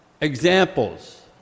Examples